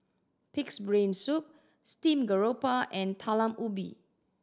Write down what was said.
Pig's Brain Soup steamed grouper and Talam Ubi